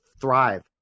thrive